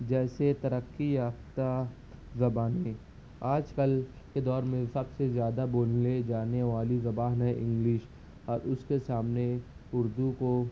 جیسے ترقی یافتہ زبان نے آج کل کے دور میں سب سے زیادہ بولنے جانے والی زبان ہے انگلش اور اس کے سامنے اردو کو